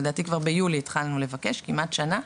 לדעתי כבר ביולי התחלנו לבקש, כמעט שנה.